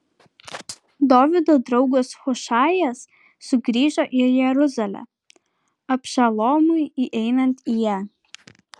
dovydo draugas hušajas sugrįžo į jeruzalę abšalomui įeinant į ją